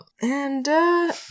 And-